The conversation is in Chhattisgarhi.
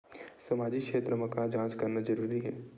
सामाजिक क्षेत्र म जांच करना जरूरी हे का?